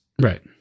right